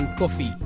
Coffee